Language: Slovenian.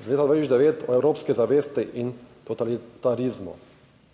iz leta 2009 o evropski zavesti in totalitarizmu.